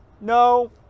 No